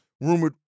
rumored